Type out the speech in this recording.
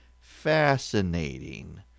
Fascinating